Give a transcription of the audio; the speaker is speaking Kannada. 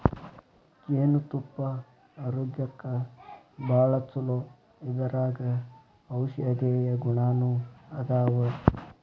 ಜೇನತುಪ್ಪಾ ಆರೋಗ್ಯಕ್ಕ ಭಾಳ ಚುಲೊ ಇದರಾಗ ಔಷದೇಯ ಗುಣಾನು ಅದಾವ